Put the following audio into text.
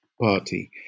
party